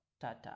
Tata